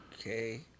okay